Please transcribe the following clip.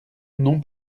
non